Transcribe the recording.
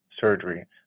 surgery